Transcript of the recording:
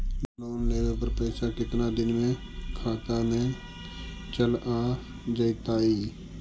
Loan लेब पर पैसा कितना दिन में खाता में चल आ जैताई?